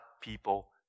people